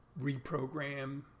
reprogram